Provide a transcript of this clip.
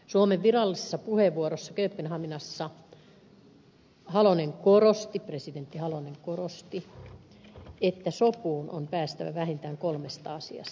suomen virallisessa puheenvuorossa kööpenhaminassa presidentti halonen korosti että sopuun on päästävä vähintään kolmesta asiasta